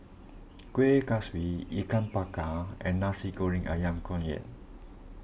Kuih Kaswi Ikan Bakar and Nasi Goreng Ayam Kunyit